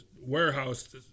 warehouse